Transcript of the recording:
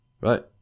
right